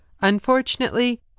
Unfortunately